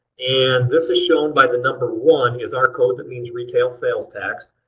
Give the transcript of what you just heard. and this is shown by the number one is our code that means retail sales tax.